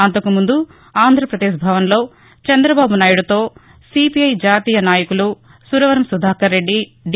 అంతకుముందు ఆంధ్రాపదేశ్ భవన్లో చంద్రబాబు నాయుడుతో సీపీఐ జాతీయ నాయకులు సురవరం సుధాకర్ రెడ్లి డి